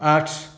आठ